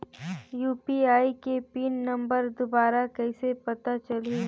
UPI के pin number दुबारा कइसे पता चलही?